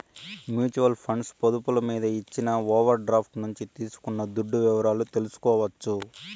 mutual funds పొదుపులు మీద ఇచ్చిన ఓవర్ డ్రాఫ్టు నుంచి తీసుకున్న దుడ్డు వివరాలు తెల్సుకోవచ్చు